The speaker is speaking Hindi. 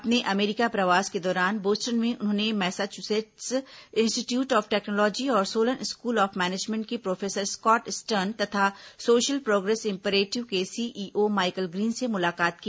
अपने अमेरिका प्रवास के दौरान बोस्टन में उन्होंने मैसाचुसेट्स इंस्टीट्यूट ऑफ टेक्नोलॉजी और सोलन स्कूल ऑफ मैनेजमेंट के प्रोफेसर स्कॉट स्टर्न तथा सोशल प्रोग्रेस इम्पेरेटिव के सीईओ माइकल ग्रीन से मुलाकात की